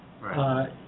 Right